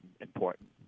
important